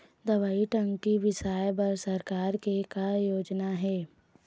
दवई टंकी बिसाए बर सरकार के का योजना हे?